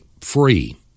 free